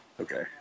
Okay